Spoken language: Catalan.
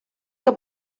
que